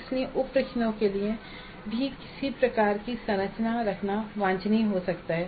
इसलिए उप प्रश्नों के लिए भी किसी प्रकार की संरचना रखना वांछनीय हो सकता है